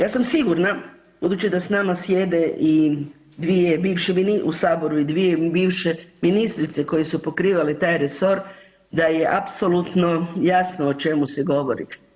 Ja sam sigurna, budući da s nama sjede i dvije bivše, u saboru i dvije bivše ministrice koje su pokrivale taj resor da je apsolutno jasno o čemu se govori.